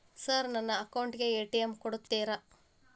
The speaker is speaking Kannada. ಸರ್ ನನ್ನ ಅಕೌಂಟ್ ಗೆ ಎ.ಟಿ.ಎಂ ಕೊಡುತ್ತೇರಾ?